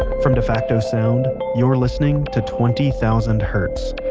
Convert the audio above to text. from defacto sound, you're listening to twenty thousand hertz.